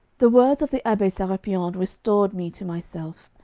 the words of the abbe serapion restored me to myself,